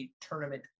tournament